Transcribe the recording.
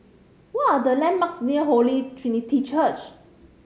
what are the landmarks near Holy Trinity Church